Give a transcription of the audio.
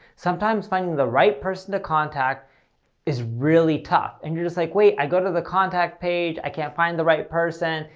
sometimes finding the right person to contact is really tough and you're just like, wait i go to the contact page, i can't find the right person.